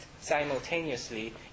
simultaneously